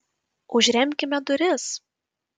užremkime duris